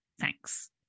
Thanks